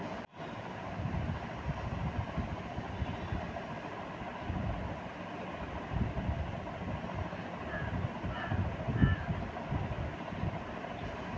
एक बात जानै छौ, फूल स लैकॅ पौधा तक सब नुकीला हीं होय छै कुसमी फूलो के